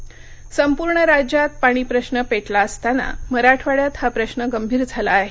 पाणी मराठवाडा संपूर्ण राज्यात पाणी प्रश्र पेटला असताना मराठवाड्यात हा प्रश्र गंभीर झाला आहे